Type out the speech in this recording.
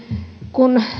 kun